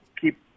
keep